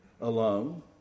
alone